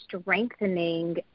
strengthening